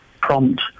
prompt